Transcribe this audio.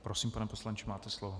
Prosím, pane poslanče, máte slovo.